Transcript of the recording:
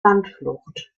landflucht